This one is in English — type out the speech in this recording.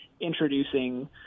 introducing